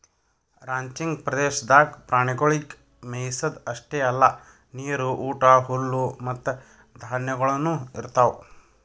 ranching ಪ್ರದೇಶದಾಗ್ ಪ್ರಾಣಿಗೊಳಿಗ್ ಮೆಯಿಸದ್ ಅಷ್ಟೆ ಅಲ್ಲಾ ನೀರು, ಊಟ, ಹುಲ್ಲು ಮತ್ತ ಧಾನ್ಯಗೊಳನು ಇರ್ತಾವ್